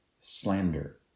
slander